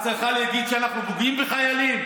את צריכה להגיד שאנחנו פוגעים בחיילים?